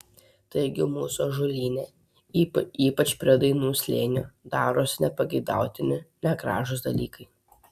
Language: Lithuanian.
taigi mūsų ąžuolyne ypač prie dainų slėnio darosi nepageidautini negražūs dalykai